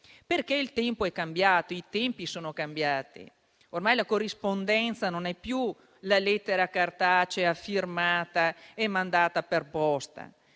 perché i tempi sono cambiati: ormai la corrispondenza non è più la lettera cartacea firmata e mandata per posta;